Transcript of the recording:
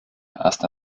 ersten